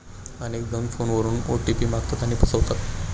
अनेक जण फोन करून ओ.टी.पी मागतात आणि फसवतात